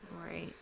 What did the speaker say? Right